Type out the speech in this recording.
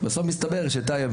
בסוף מסתבר שטייב